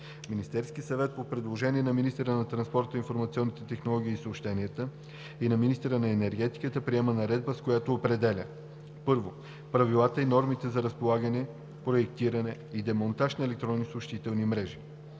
Министерският съвет по предложение на министъра на транспорта, информационните технологии и съобщенията и на министъра на енергетиката приема наредба, с която определя: 1. правилата и нормите за разполагане, проектиране и демонтаж на електронни съобщителни мрежи;